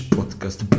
Podcast